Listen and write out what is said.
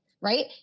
right